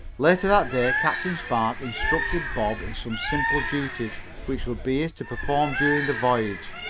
later that day captain spark instructed bob in some simple duties which would be his to perform during the voyage.